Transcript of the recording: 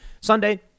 Sunday